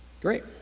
Great